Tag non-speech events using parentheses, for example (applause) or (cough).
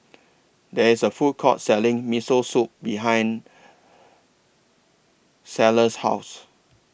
There IS A Food Court Selling Miso Soup behind (unintelligible) House